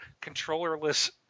controllerless